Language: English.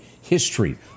history